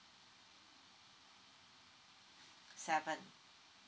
seven